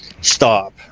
Stop